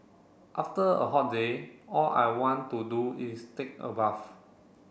after a hot day all I want to do is take a bath